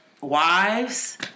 wives